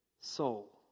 soul